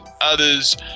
others